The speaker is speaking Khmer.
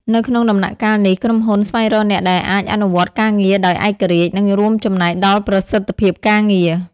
នៅក្នុងដំណាក់កាលនេះ ក្រុមហ៊ុនស្វែងរកអ្នកដែលអាចអនុវត្តការងារដោយឯករាជ្យ និងរួមចំណែកដល់ប្រសិទ្ធភាពការងារ។